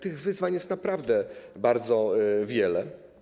Tych wyzwań jest naprawdę bardzo wiele.